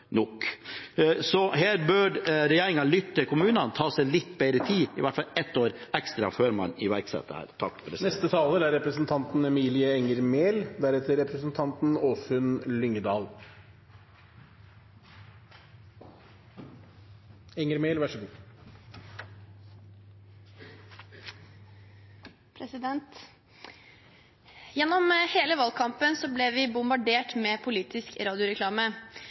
nok ikke høyt nok. Her bør regjeringen lytte til kommunene og ta seg litt bedre tid, i hvert fall ett år ekstra, før man iverksetter dette. Gjennom hele valgkampen ble vi bombardert med politisk